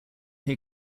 who